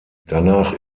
danach